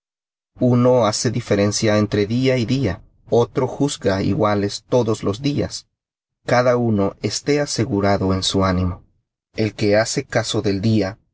uno hace diferencia entre día y día otro juzga todos los días cada uno esté asegurado en su ánimo el que hace caso del día